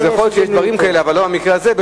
אז יכול להיות שיש דברים כאלה, אבל לא במקרה הזה.